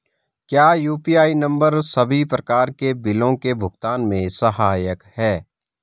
क्या UPI number सभी प्रकार के बिलों के भुगतान में सहायक हैं?